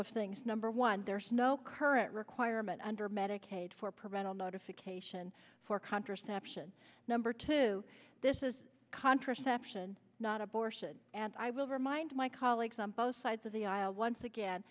of things number one there's no current requirement under medicaid for parental notification for contraception number two this is contraception not abortion and i will remind my colleagues on both sides the aisle once again